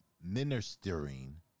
ministering